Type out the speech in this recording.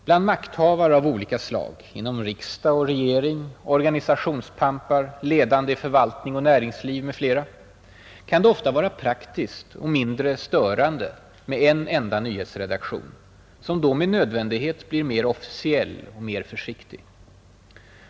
Bland makthavare av olika slag — inom riksdag och regering, organisationspampar, ledande i förvaltning och näringsliv m.fl. — kan det ofta vara praktiskt och mindre störande med en enda nyhetsredaktion, som då med nödvändighet måste bli mer ”officiell” och mer försiktig.